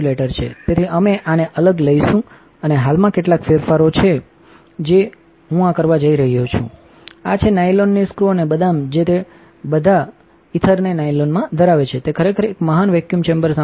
તેથી અમે આને અલગ લઈશું અને હાલમાં કેટલાક ફેરફારો છે જે હું આ કરવા જઇ રહ્યો છું આ છે નાયલોનની સ્ક્રૂ અનેબદામ જે તે બધાં ટgગઇથરને નાયલોનમાં ધરાવે છે તેખરેખર એક મહાન વેક્યુમ ચેમ્બર સામગ્રી નથી